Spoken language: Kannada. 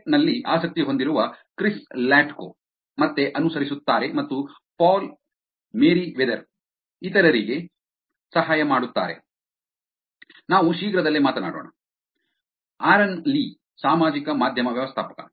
ಟೆಕ್ ನಲ್ಲಿ ಆಸಕ್ತಿ ಹೊಂದಿರುವ ಕ್ರಿಸ್ ಲಾಟ್ಕೊ ಮತ್ತೆ ಅನುಸರಿಸುತ್ತಾರೆ ಮತ್ತು ಪಾಲ್ ಮೆರಿವೆದರ್ ಇತರರಿಗೆ ಸಹಾಯ ಮಾಡುತ್ತಾರೆ ನಾವು ಶೀಘ್ರದಲ್ಲೇ ಮಾತನಾಡೋಣ ಆರನ್ ಲೀ ಸಾಮಾಜಿಕ ಮಾಧ್ಯಮ ವ್ಯವಸ್ಥಾಪಕ